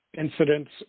incidents